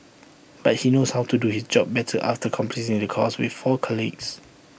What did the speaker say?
but he knows how to do his job better after completing the course with four colleagues